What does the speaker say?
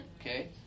Okay